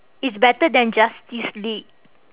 it's better than justice league